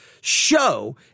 show